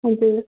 हजुर